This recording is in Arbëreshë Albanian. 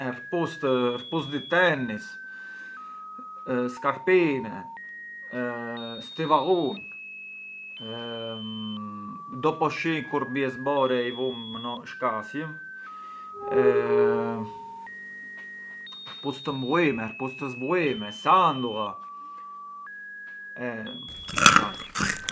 Këpucët, këpucët dhi tennis, scarpine, stivallunët, doposcì kur bie zbora i vumë mëno shkasjëm, këpucë të mbillme, këpucë të zbillme, sandulla, e kaq.